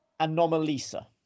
anomalisa